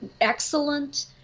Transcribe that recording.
excellent